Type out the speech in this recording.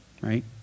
right